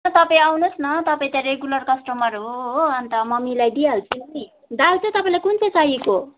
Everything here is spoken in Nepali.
हुन्छ तपाईँ आउनुहोस् न तपाईँ त रेगुलर कस्टमर हो हो अन्त म मिलाइदिई हाल्छु नि दाल चाहिँ तपाईँलाई कुन चाहिँ चाहिएको हो